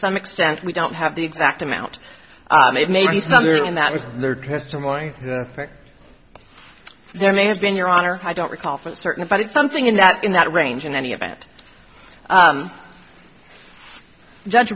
some extent we don't have the exact amount it may be something that was there testimony that there may have been your honor i don't recall for certain but it's something in that in that range in any event judge